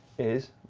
is,